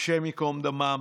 השם ייקום דמם.